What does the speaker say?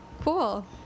cool